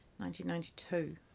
1992